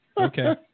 Okay